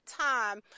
time